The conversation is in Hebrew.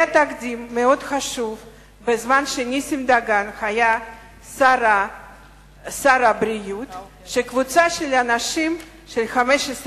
היה תקדים חשוב מאוד כאשר נסים דהן היה שר הבריאות: קבוצה של 15 איש